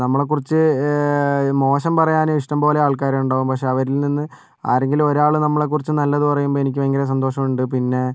നമ്മളെക്കുറിച്ച് മോശം പറയാനും ഇഷ്ട്ടം പോലെ ആൾക്കാരുണ്ടാകും പക്ഷെ അവരിൽ നിന്ന് ആരെങ്കിലും ഒരാള് നമ്മളെക്കുറിച്ച് നല്ലത് പറയുമ്പം എനിക്ക് ഭയങ്കര സന്തോഷമുണ്ട് പിന്നെ